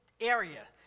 area